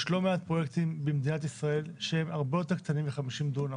יש לא מעט פרויקטים במדינת ישראל שהם הרבה יותר קטנים מ-50 דונם.